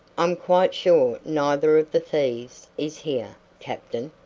i'm quite sure neither of the thieves is here, captain,